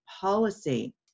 policy